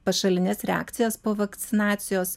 pašalines reakcijas po vakcinacijos